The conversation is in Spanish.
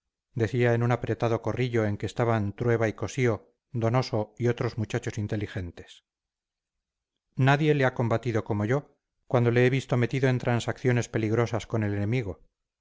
decía en un apretado corrillo en que estaban trueba y cossío donoso y otros muchachos inteligentes nadie le ha combatido como yo cuando le he visto metido en transacciones peligrosas con el enemigo